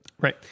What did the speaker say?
Right